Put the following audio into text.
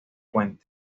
fuentes